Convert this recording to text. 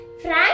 Frank